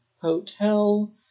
Hotel